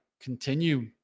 continue